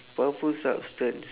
powerful substance